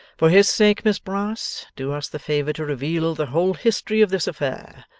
for his sake, miss brass, do us the favour to reveal the whole history of this affair.